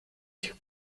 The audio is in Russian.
сих